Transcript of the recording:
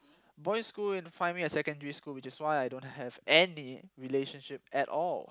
boys school in primary and secondary school which is why I don't have any relationship at all